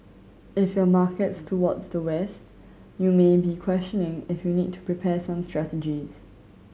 if your market towards the West you may be questioning if you need to prepare some strategies